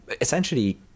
essentially